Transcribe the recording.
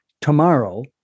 Tomorrow